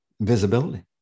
visibility